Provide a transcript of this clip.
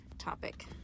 topic